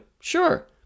sure